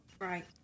Right